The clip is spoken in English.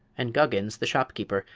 and guggins, the shopkeeper,